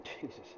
Jesus